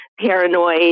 paranoid